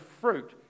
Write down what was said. fruit